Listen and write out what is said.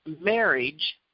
marriage